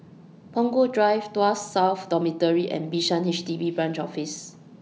Punggol Drive Tuas South Dormitory and Bishan H D B Branch Office